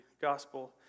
gospel